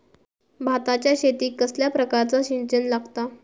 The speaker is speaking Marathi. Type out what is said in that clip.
भाताच्या शेतीक कसल्या प्रकारचा सिंचन लागता?